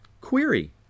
query